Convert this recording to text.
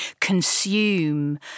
consume